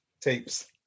tapes